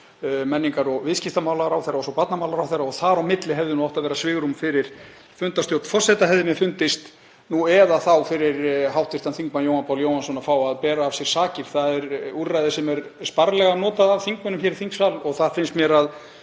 menningar- og viðskiptaráðherra og barnamálaráðherra og þar á milli hefði átt að vera svigrúm fyrir fundarstjórn forseta, hefði mér fundist, eða þá fyrir hv. þm. Jóhann Pál Jóhannsson til að fá að bera af sér sakir. Það er úrræði sem er sparlega notað af þingmönnum hér í þingsal og mér finnst að